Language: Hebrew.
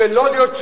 ולא להיות,